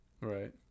Right